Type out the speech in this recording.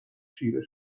چیره